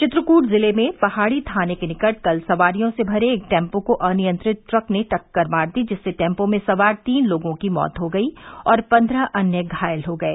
चित्रकूट जिले में पहाड़ी थाने के निकट कल सवारियों से भरे एक टेम्पो को अनियंत्रित ट्रक ने टक्कर मार दी जिससे टेम्पो में सवार तीन लोगों की मौत हो गयी और पन्द्रह अन्य घायल हो गये